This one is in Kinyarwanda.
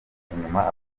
inyuma